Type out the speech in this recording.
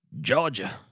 Georgia